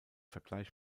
vergleich